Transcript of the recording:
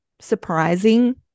surprising